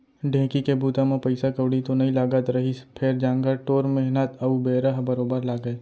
ढेंकी के बूता म पइसा कउड़ी तो नइ लागत रहिस फेर जांगर टोर मेहनत अउ बेरा ह बरोबर लागय